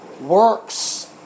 Work's